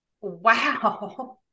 Wow